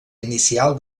inicial